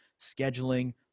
scheduling